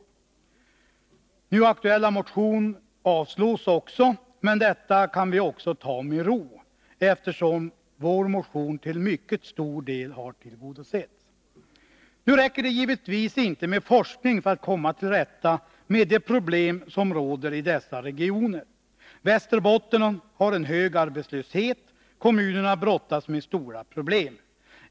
Också nu aktuell motion avstyrks, men detta kan vi ta med ro, eftersom yrkandet i vår motion till mycket stor del har tillgodosetts. Nu räcker det givetvis inte med forskning för att vi skall komma till rätta med de problem som råder i dessa regioner. Västerbotten har en hög arbetslöshet, och kommunerna brottas med stora problem.